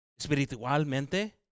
espiritualmente